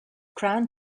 crown